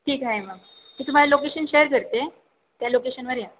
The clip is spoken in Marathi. ठीक आहे मग मी तुम्हाला लोकेशन शेअर करते त्या लोकेशनवर या